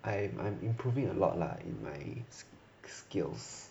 I'm I'm improving a lot lah in my skills